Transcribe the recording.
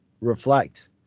reflect